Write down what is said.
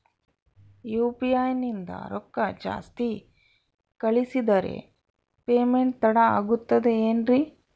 UPI ನಿಂದ ರೊಕ್ಕ ಜಾಸ್ತಿ ಕಳಿಸಿದರೆ ಪೇಮೆಂಟ್ ತಡ ಆಗುತ್ತದೆ ಎನ್ರಿ?